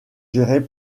gérés